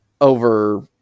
Over